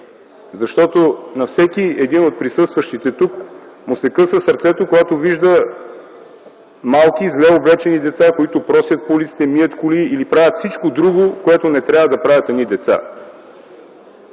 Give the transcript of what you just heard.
Защото на всеки един от присъстващите тук му се къса сърцето, когато вижда малки, зле облечени деца, които просят по улиците, мият коли или правят всичко друго, което не трябва да правят едни деца.